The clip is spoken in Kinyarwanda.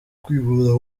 kwivuza